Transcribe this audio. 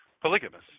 Polygamous